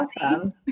Awesome